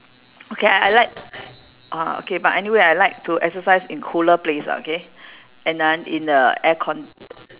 okay I I like orh okay but anyway I like to exercise in cooler place lah okay and uh in the aircon